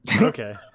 Okay